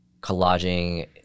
collaging